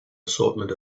assortment